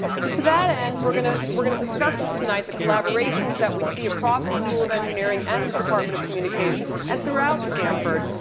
so to that end, we're gonna we're gonna discuss this tonight. the collaborations that we see across the school of engineering and in the department of communication, and throughout stanford.